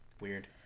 Weird